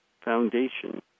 foundation